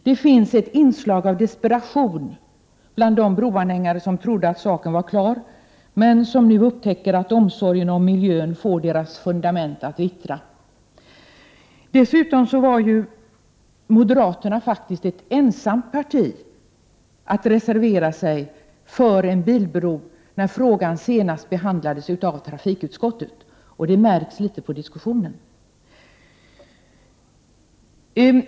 Det finns inslag av desperation bland de broanhängare som trodde att saken var klar men som nu upptäcker att omsorgen om miljön får deras fundament att vittra. Dessutom var moderaterna ensamma om att reservera sig för en bilbro, då frågan senast behandlades av trafikutskottet. Det märks litet på diskussionen.